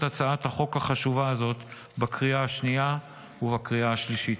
הצעת החוק החשובה הזאת בקריאה השנייה ובקריאה השלישית.